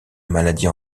maladie